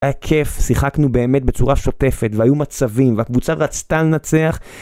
היה כיף, שיחקנו באמת בצורה שוטפת, והיו מצבים, והקבוצה רצתה לנצח.